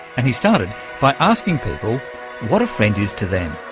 and he started by asking people what a friend is to them.